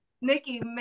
Nikki